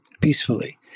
peacefully